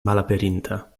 malaperinta